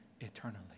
eternally